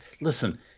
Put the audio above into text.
Listen